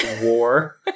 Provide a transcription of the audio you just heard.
war